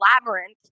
labyrinth